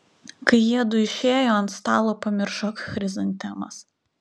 kai jiedu išėjo ant stalo pamiršo chrizantemas